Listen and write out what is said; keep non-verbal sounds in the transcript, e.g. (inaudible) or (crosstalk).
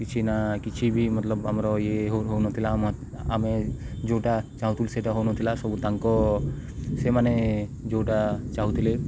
କିଛିନା କିଛି ବି ମତଲବ ଆମର ଇଏ ହଉ ହଉନଥିଲା (unintelligible) ଆମେ ଯେଉଁଟା ଚାହୁଁଥିଲୁ ସେଇଟା ହଉନଥିଲା ସବୁ ତାଙ୍କ ସେମାନେ ଯେଉଁଟା ଚାହୁଁଥିଲେ